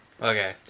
Okay